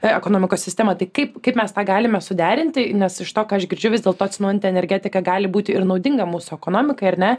ekonomikos sistema tai kaip kaip mes tą galime suderinti nes iš to ką aš girdžiu vis dėlto atsinaujinti energetika gali būti ir naudinga mūsų ekonomikai ar ne